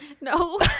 no